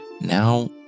Now